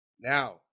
now